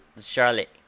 Charlotte